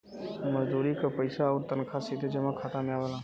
मजदूरी क पइसा आउर तनखा सीधे जमा खाता में आवला